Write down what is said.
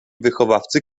wychowawcy